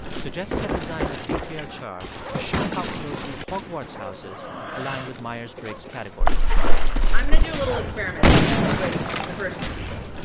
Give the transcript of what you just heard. so jessica designed a detailed chart to show how closely hogwarts houses align with myers-briggs categories i'm going to do a little experiment with the first few people.